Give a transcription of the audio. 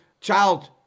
child